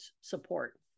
support